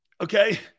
Okay